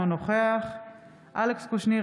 אינו נוכח אלכס קושניר,